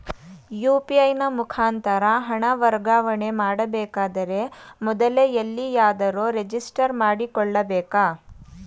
UPI ನ ಮುಖಾಂತರ ಹಣ ವರ್ಗಾವಣೆ ಮಾಡಬೇಕಾದರೆ ಮೊದಲೇ ಎಲ್ಲಿಯಾದರೂ ರಿಜಿಸ್ಟರ್ ಮಾಡಿಕೊಳ್ಳಬೇಕಾ?